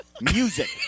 Music